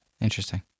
interesting